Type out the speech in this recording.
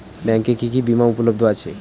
ব্যাংকে কি কি বিমা উপলব্ধ আছে?